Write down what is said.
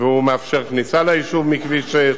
והוא מאפשר כניסה ליישוב מכביש 6,